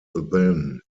then